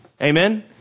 Amen